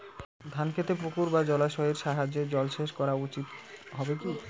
ধান খেতে পুকুর বা জলাশয়ের সাহায্যে জলসেচ করা উচিৎ হবে কি?